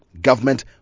government